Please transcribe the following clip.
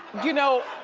you know,